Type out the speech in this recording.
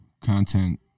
content